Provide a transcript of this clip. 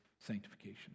sanctification